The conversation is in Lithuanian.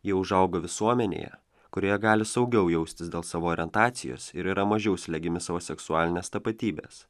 jie užaugo visuomenėje kurioje gali saugiau jaustis dėl savo orientacijos ir yra mažiau slegiami savo seksualinės tapatybės